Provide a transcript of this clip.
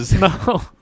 No